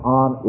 on